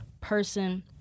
person